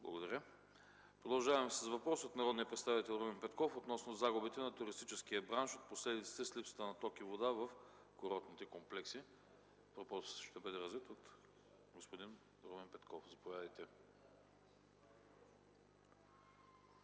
Благодаря. Продължаваме с въпрос от народния представител Румен Петков относно загубите на туристическия бранш от последиците с липсата на ток и вода в курортните комплекси. Въпросът ще бъде развит от господин Румен Петков – заповядайте.